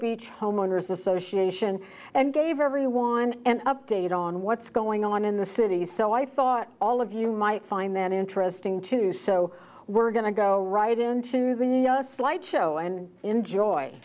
beach homeowners association and gave everyone and update on what's going on in the city so i thought all of you might find that interesting too so we're going to go right into the slideshow and